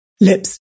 Lips